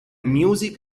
music